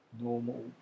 normal